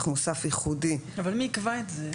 מוסף ייחודי --- אבל מי יקבע את זה?